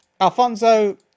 Alfonso